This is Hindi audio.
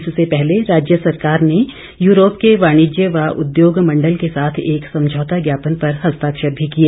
इससे पहले राज्य सरकार ने यूरोप के वाणिज्य व उद्योग मंडल के साथ एक समझौता ज्ञापन पर हस्ताक्षर भी किए